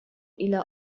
إلى